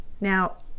now